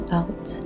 out